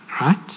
right